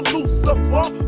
Lucifer